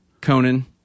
Conan